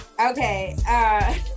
okay